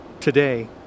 Today